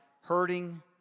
hurting